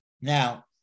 Now